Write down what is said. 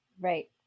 Right